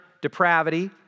depravity